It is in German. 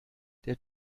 der